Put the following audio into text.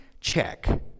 Check